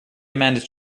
managed